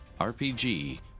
RPG